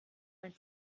mein